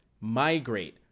Migrate